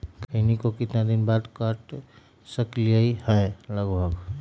खैनी को कितना दिन बाद काट सकलिये है लगभग?